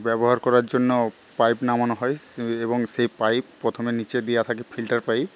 ব্যবহার করার জন্য পাইপ নামানো হয় এবং সে পাইপ প্রথমে নীচে দেওয়া থাকে ফিল্টার পাইপ